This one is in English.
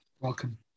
Welcome